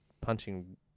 punching